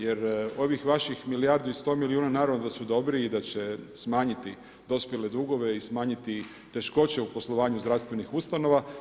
Jer ovih vaših milijardu i 100 milijuna naravno da su dobri i da će smanjiti dospjele dugove i smanjiti teškoće u poslovanju zdravstvenih ustanova.